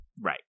Right